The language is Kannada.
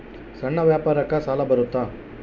ಸಣ್ಣ ವ್ಯಾಪಾರಕ್ಕ ಸಾಲ ಬರುತ್ತಾ?